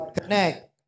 connect